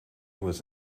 was